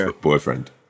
boyfriend